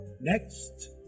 Next